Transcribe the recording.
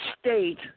state